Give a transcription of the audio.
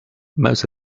most